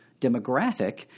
demographic